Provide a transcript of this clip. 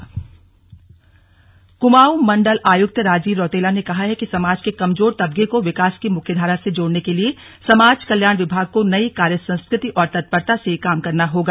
चस्लग क्मा ऊं आयु क्त कुमा ऊं मण्डल आयुक्त राजीव रौतेला ने कहा है कि समाज के कमजोर तबके को विकास की मुख्य धारा से जोड़ने के लिए समाज कल्याण विभाग को नई कार्य संस्कृति और तत्परता से काम करना होगा